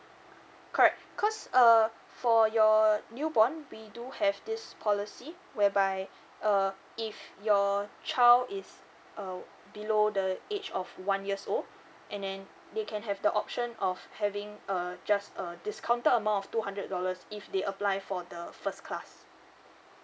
correct cause uh for your new born we do have this policy whereby uh if your child is uh below the age of one years old and then they can have the option of having a just a discounted amount of two hundred dollars if they apply for the first class